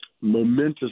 momentous